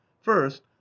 first